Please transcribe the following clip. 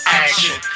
action